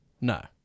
No